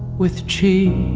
with cheese